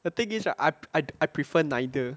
the thing is I I I prefer neither